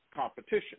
competition